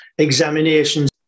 examinations